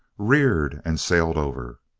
reared, and sailed over.